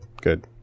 good